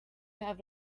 have